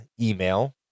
email